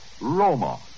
Roma